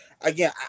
again